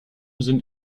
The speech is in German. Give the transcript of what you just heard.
sind